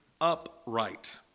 upright